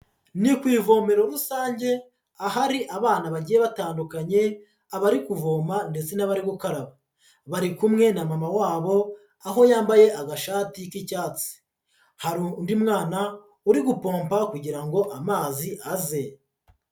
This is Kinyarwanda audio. Ni ku ivomero rusange, ahari abana bagiye batandukanye, abari kuvoma ndetse n'abari gukaraba. Bari kumwe na mama wabo, aho yambaye agashati k'icyatsi. Hari undi mwana, uri gupomba kugira ngo amazi aze.